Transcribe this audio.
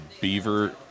Beaver